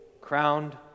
crowned